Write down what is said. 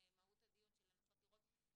מהאובדנות של עצמו, הוא צריך טיפול,